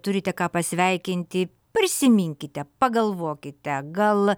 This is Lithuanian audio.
turite ką pasveikinti prisiminkite pagalvokite gal